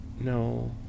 no